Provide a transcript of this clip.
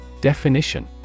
Definition